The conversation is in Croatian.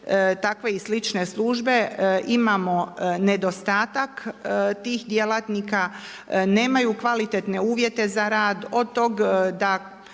takve i slične službe, imamo nedostatak tih djelatnika, nemaju kvalitetne uvijete za rad, od toga da